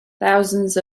thousands